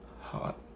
Hot